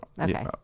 Okay